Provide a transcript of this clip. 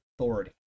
authority